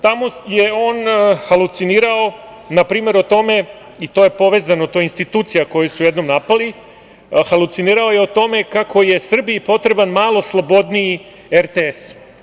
Tamo je on halucinirao, na primer, o tome, i to je povezano, to je institucija koju su jednom napali, kako je Srbiji potreban malo slobodniji RTS.